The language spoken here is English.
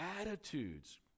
attitudes